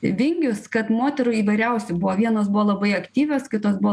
vingius kad moterų įvairiausių buvo vienos buvo labai aktyvios kitos buvo